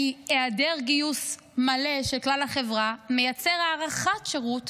כי היעדר גיוס מלא של כלל החברה מייצר הארכת שירות